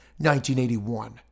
1981